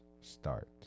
start